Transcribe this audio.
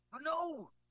No